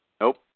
Nope